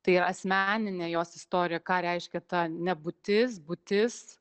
tai asmeninė jos istorija ką reiškia ta nebūtis būtis